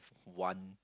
one